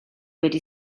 wedi